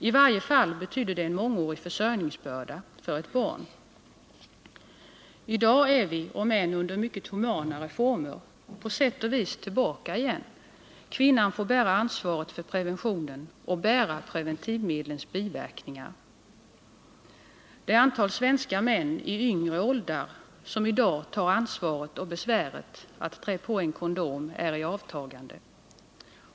I varje fall betydde det en mångårig försörjningsbörda för ett barn. I dag är vi, om än i mycket humanare former, på sätt och vis tillbaka igen. Kvinnan får bära ansvaret för preventionen och bära preventivmedlens biverkningar. Det antal svenska män i yngre åldrar som i dag tar ansvaret och besväret att trä på en kondom är i avtagande.